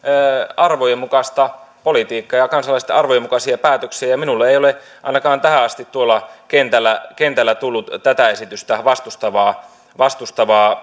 arvojen mukaista politiikkaa ja ja kansalaisten arvojen mukaisia päätöksiä minulle ei ole ainakaan tähän asti tuolla kentällä kentällä tullut tätä esitystä vastustavaa vastustavaa